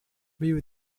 will